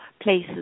places